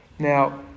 Now